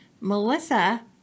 Melissa